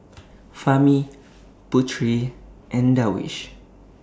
Fahmi Putri and Darwish